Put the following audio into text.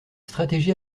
stratégie